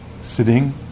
sitting